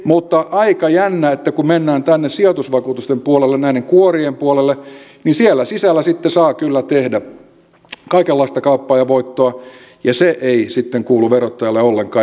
mutta aika jännää että kun mennään sijoitusvakuutusten puolelle näiden kuorien puolelle niin siellä sisällä saa kyllä tehdä kaikenlaista kauppaa ja voittoa ja se ei sitten kuulu verottajalle ollenkaan